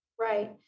Right